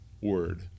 word